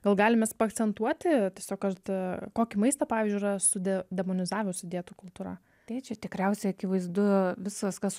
gal galim mes paakcentuoti tiesiog kad kokį maistą pavyzdžiui yra sude demonizavusi dietų kultūra tai čia tikriausiai akivaizdu visas kas